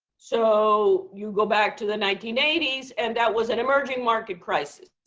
so you go back to the nineteen eighty s, and that was an emerging market crisis,